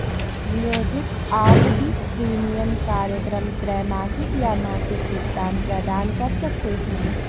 नियोजित आवधिक प्रीमियम कार्यक्रम त्रैमासिक या मासिक भुगतान प्रदान कर सकते हैं